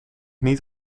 niet